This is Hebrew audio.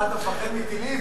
מה, אתה מפחד מטילים?